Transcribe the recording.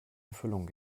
erfüllung